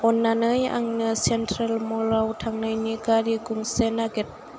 अन्नानै आंनो चेन्ट्रेल मलाव थांनायनि गारि गंसे नागिर